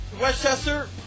Westchester